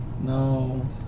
No